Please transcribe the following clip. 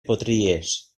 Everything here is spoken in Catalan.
potries